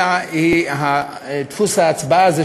אלא דפוס ההצבעה הזה,